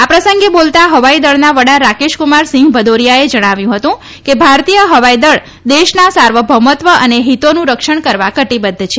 આ પ્રસંગે બોલતાં હવાઇ દળના વડા રાકેશ કુમાર સિંહ ભદૈારીયાએ જણાવ્યું હતું કે ભારતીય હવાઇ દળ દેશના સાર્વલૌમત્વ અને હિતોનું રક્ષણ કરવા કટીબધ્ધ છે